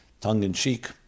tongue-in-cheek